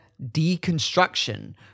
deconstruction